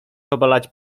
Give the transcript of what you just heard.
obalać